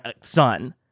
son